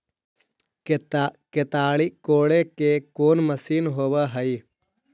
केताड़ी कोड़े के कोन मशीन होब हइ?